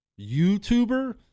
YouTuber